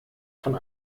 von